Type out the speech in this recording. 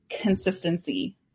consistency